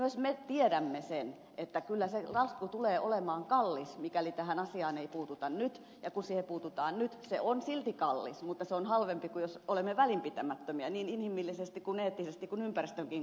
myös me tiedämme sen että kyllä se lasku tulee olemaan kallis mikäli tähän asiaan ei puututa nyt ja kun siihen puututaan nyt se on silti kallis mutta se on halvempi kuin jos olemme välinpitämättömiä niin inhimillisesti ja eettisesti kuin ympäristönkin kannalta